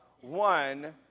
one